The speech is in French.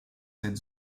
cette